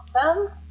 Awesome